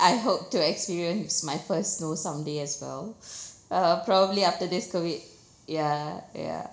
I hope to experience my first snow someday as well uh probably after this COVID ya ya